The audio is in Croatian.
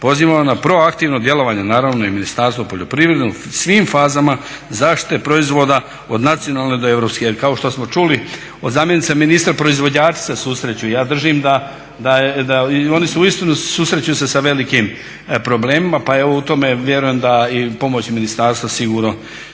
pozivam na proaktivno djelovanje naravno i Ministarstvo poljoprivrede u svim fazama zaštite proizvoda od nacionalne do europske. Jer kao što smo čuli od zamjenice ministra proizvođači se susreću. Ja držim da i oni su uistinu susreću se sa velikim problemima, pa evo u tome vjerujem da i pomoć ministarstva sigurno